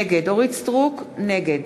נגד